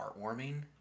heartwarming